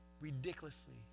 ridiculously